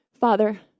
Father